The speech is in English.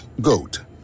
GOAT